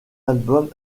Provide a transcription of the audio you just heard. albums